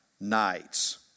nights